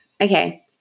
okay